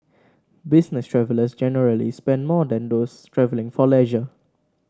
business travellers generally spend more than those travelling for leisure